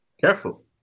Careful